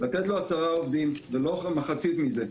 לתת לו עשרה עובדים ולא מחצית מזה.